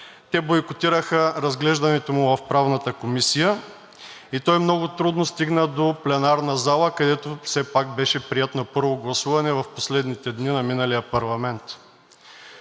те бойкотираха разглеждането му в Правната комисия и той много трудно стигна до пленарната зала, където все пак беше приет на първо гласуване в последните дни на миналия парламент.